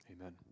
amen